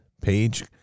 page